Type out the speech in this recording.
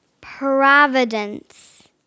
Providence